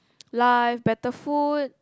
life better food